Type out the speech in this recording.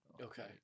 Okay